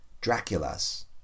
Dracula's